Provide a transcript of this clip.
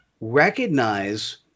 recognize